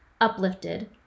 Uplifted